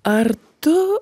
ar tu